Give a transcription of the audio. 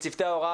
וצוותי ההוראה,